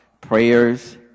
prayers